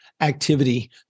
activity